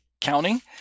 counting